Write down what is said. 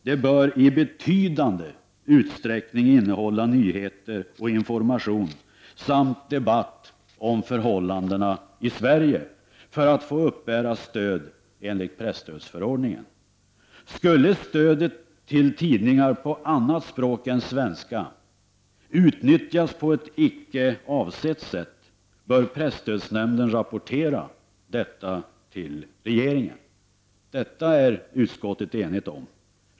De bör i betydande utsträckning innehålla nyheter och information samt debatt om förhållandena i Sverige för att få uppbära stöd enligt presstödsförordningen. Skulle stödet till tidningar på annat språk än svenska utnyttjas på ett icke avsett sätt bör presstödsnämnden rapportera detta till regeringen. Detta är utskottet enigt om.